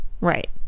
Right